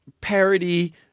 parody-